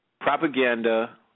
propaganda